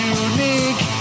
unique